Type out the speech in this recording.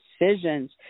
decisions